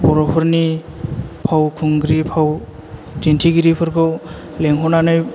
बर'फोरनि फावखुंग्रि फाव दिन्थिगिरिफोरखौ लिंहरनानै